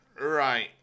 Right